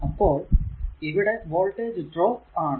അപ്പോൾ ഇവിടെ voltage drop ആണ്